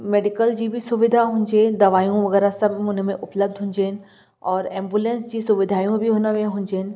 medical जी बि सुविधा हुजे दवाऊं वग़ैरह सभु हुन में उपलब्ध हुजनि और एंबुलंस जी सुविधाऊं बि हुन में हुजनि